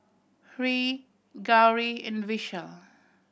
Hri Gauri and Vishal